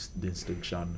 distinction